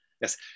yes